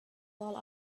while